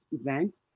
event